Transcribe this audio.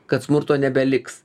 kad smurto nebeliks